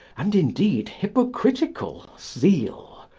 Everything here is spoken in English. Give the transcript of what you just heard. and, indeed, hypocritical zeal,